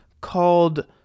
called